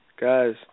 Guys